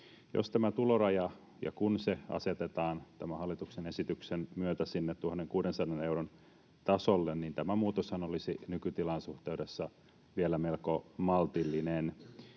kun tämä tuloraja asetetaan tämän hallituksen esityksen myötä sinne 1 600 euron tasolle, niin tämä muutoshan olisi nykytilaan suhteutettuna vielä melko maltillinen.